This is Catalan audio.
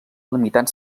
limitant